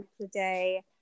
today